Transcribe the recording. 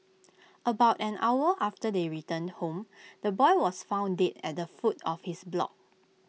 about an hour after they returned home the boy was found dead at the foot of his block